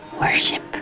worship